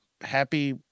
happy